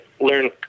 learn